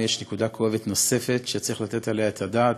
חקירת שוד הרכוש היהודי של העולים מתימן